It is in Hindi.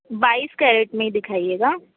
बाईस कैरेट में ही दिखाएगा